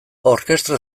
orkestra